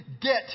get